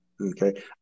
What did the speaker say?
Okay